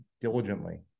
diligently